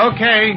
Okay